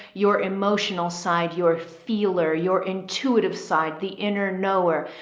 your emotional side, your feeler, your intuitive side, the inner knower.